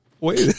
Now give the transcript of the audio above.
Wait